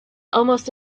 almost